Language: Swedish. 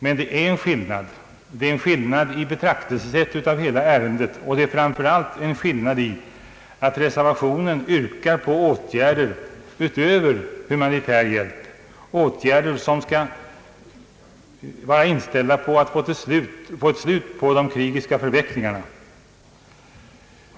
Men det finns en skillnad, dels i betraktelsesättet av hela ärendet, dels i att reservationen yrkar på åtgärder utöver humanitär hjälp, åtgärder för att få ett slut på de krigiska förvecklingarna.